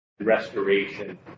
restoration